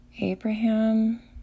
Abraham